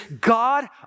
God